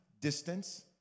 distance